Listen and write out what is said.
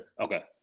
Okay